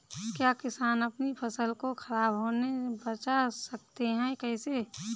क्या किसान अपनी फसल को खराब होने बचा सकते हैं कैसे?